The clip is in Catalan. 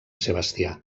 sebastià